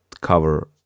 cover